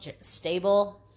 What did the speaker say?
stable